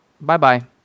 Bye-bye